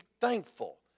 thankful